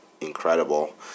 incredible